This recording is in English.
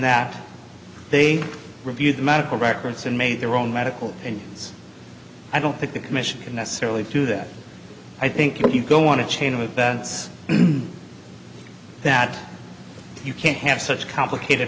that they've reviewed the medical records and made their own medical opinions i don't think the commission can necessarily do that i think if you go on a chain of events that you can't have such complicated